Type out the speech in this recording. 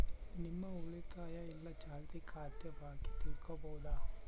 ನಿಮ್ಮ ಉಳಿತಾಯ ಇಲ್ಲ ಚಾಲ್ತಿ ಖಾತೆ ಬಾಕಿ ತಿಳ್ಕಂಬದು